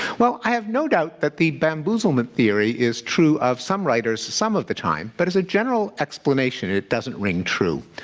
well, i have no doubt that the bamboozlement theory is true of some writers some of the time but as a general explanation, it doesn't ring true.